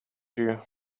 you